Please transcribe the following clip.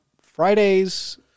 Fridays